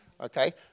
Okay